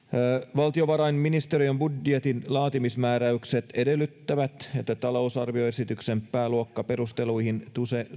valtiovarainministeriön budjetinlaatimismääräykset edellyttävät että talousarvioesityksen pääluokkaperusteluihin